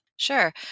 Sure